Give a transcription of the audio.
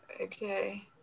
okay